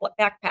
backpack